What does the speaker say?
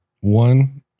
one